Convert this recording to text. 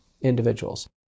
individuals